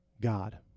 God